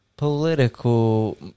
Political